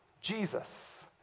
Jesus